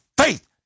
faith